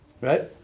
Right